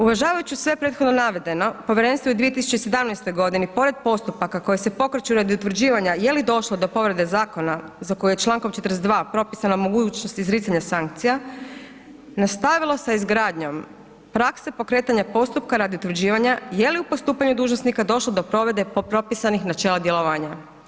Uvažavajući sve prethodno navedeno, povjerenstvo je u 2017.g. pored postupaka koji se pokreću radi utvrđivanja je li došlo do povrede zakona za koje je čl. 42. propisana mogućnost izricanja sankcija, nastavila sa izgradnjom prakse pokretanja postupka radi utvrđivanja je li u postupanju dužnosnika došlo do povrede propisanih načela djelovanja.